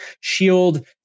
shield